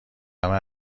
همه